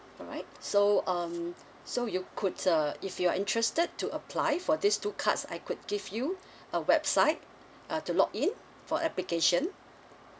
alright so um so you could uh if you are interested to apply for these two cards I could give you a website uh to log in for application